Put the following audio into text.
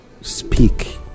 speak